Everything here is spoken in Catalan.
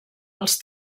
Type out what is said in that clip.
els